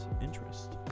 interest